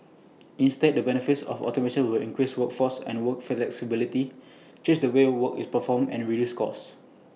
instead the benefits of automation will increase workforce and work flexibility change the way work is performed and reduce costs